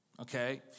okay